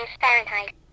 Fahrenheit